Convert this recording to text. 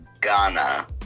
Ghana